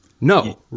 No